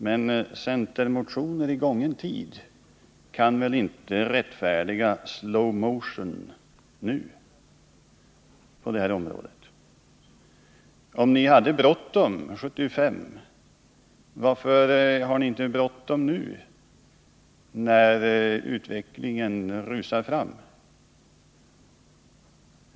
Men centermotioner i gången tid kan väl inte rättfärdiga slow motion nu på det här området. Om ni hade bråttom 1975, varför har ni inte bråttom nu när utvecklingen rusar fram?